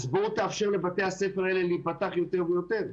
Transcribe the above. אז בוא תאפשר לבתי הספר הזה להיפתח יותר ויותר.